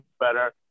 better